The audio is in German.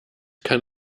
kann